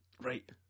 right